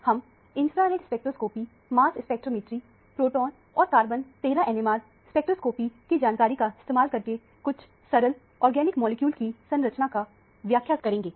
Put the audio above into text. हम infrared spectroscopy mass spectrometry proton और carbon 13 NMR spectroscopy की जानकारी का इस्तेमाल करके कुछ सरल ऑर्गेनिक मॉलिक्यूल की संरचना का व्याख्या करेंगे